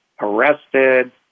arrested